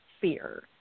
fear